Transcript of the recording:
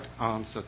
answer